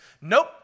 nope